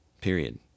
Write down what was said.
Period